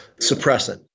suppressant